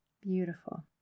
Beautiful